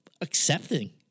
accepting